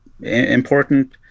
important